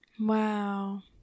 wow